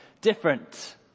different